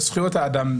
בזכויות האדם,